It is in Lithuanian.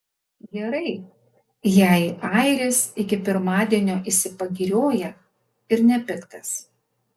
gerai jei airis iki pirmadienio išsipagirioja ir nepiktas